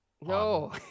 No